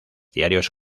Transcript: diarios